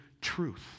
truth